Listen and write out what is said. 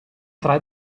tre